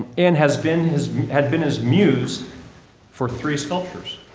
and has been his had been his muse for three sculptures.